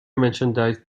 merchandise